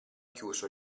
chiuso